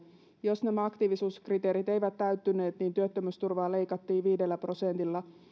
jos nämä aktiivisuuskriteerit eivät täyttyneet työttömyysturvaa leikattiin viidellä prosentilla